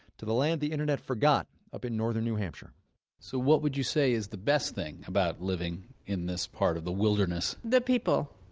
to the land the internet forgot in northern new hampshire so what would you say is the best thing about living in this part of the wilderness? the people,